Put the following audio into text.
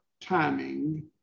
timing